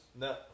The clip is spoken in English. No